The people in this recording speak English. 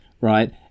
Right